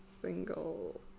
single